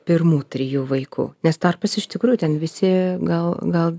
pirmų trijų vaikų nes tarpas iš tikrųjų ten visi gal gal